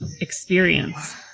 experience